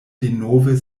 denove